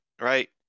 right